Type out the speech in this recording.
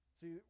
See